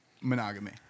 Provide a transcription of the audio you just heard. Monogamy